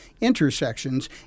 intersections